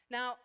Now